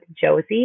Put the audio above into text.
Josie